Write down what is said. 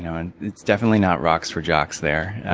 and it's definitely not rocks for jocks there.